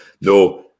no